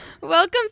Welcome